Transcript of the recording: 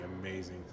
amazing